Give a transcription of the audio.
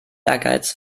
ehrgeiz